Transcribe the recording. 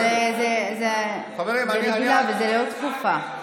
זו רגילה, לא דחופה.